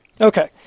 Okay